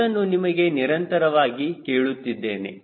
ಇದನ್ನು ನಿಮಗೆ ನಿರಂತರವಾಗಿ ಕೇಳುತ್ತಿದ್ದೇನೆ